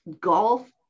golf